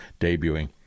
debuting